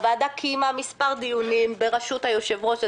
הוועדה קיימה מספר דיונים בראשות היושב-ראש הזה,